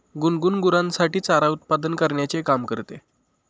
गुनगुन गुरांसाठी चारा उत्पादन करण्याचे काम करते